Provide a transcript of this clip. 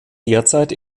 derzeit